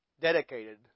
dedicated